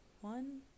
one